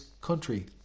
country